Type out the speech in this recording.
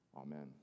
Amen